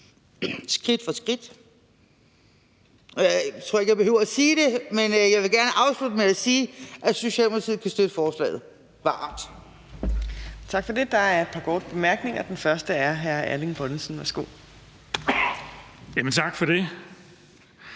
skridt for skridt. Og jeg tror ikke, jeg behøver at sige det, men jeg vil gerne afslutte med at sige, at Socialdemokratiet varmt kan støtte forslaget.